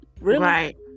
right